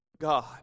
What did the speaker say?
God